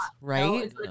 right